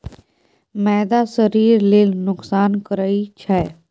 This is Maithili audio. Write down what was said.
मैदा शरीर लेल नोकसान करइ छै